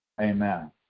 Amen